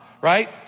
right